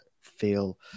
feel